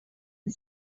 the